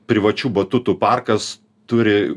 privačių batutų parkas turi